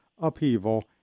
upheaval